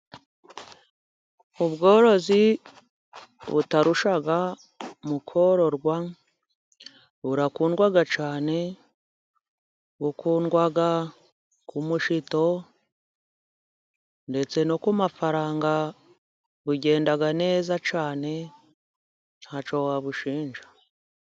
Ubworozi butarushya mu kororwa burakundwa cyane, bukundwa ku mushito, ndetse no ku mafaranga bugenda neza cyane ,ntacyo wabushinja.